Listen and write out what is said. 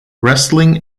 wrestling